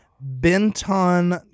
Benton